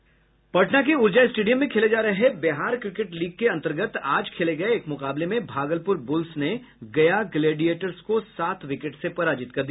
पटना के ऊर्जा स्टेडियम में खेले जा रहे बिहार क्रिकेट लीग के अंतर्गत आज खेले गये एक मुकाबले में भागलपुर बुल्स ने गया ग्लेडियेडर्स को सात विकेट से पराजित कर दिया